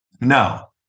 Now